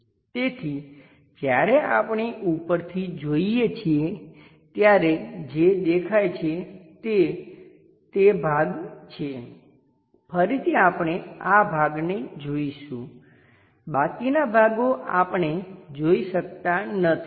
તેથી જ્યારે આપણે ઉપરથી જોઈએ છીએ ત્યારે જે દેખાય છે તે તે ભાગ છે ફરીથી આપણે આ ભાગને જોઈશું બાકીના ભાગો આપણે જોઈ શકતા નથી